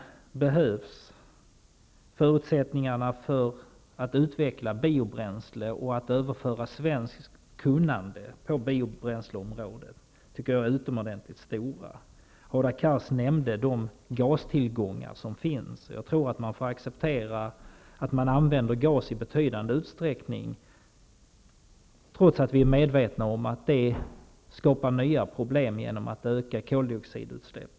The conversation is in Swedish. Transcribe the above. Förutsättningarna att utveckla biobränsle och att överföra svenskt kunnande på biobränsleområdet tycker jag är utomordentligt stora. Hadar Cars nämnde de gastillgångar som finns, och jag tror att man får acceptera att gas används i betydande utsträckning, trots att vi är medvetna om att det i sig skapar nya problem genom ökade koldioxidutsläpp.